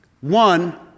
one